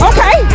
Okay